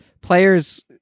Players